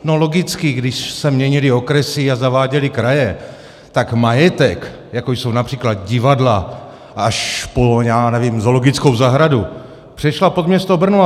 No, logicky, když se měnily okresy a zaváděly kraje, tak majetek, jako jsou například divadla, až po, já nevím, zoologickou zahradu, přešel pod město Brno.